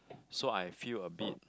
so I feel a bit